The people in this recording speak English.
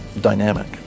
dynamic